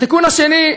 התיקון השני,